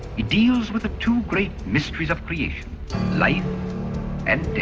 it deals with the two great mysteries of creation life and